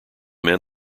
men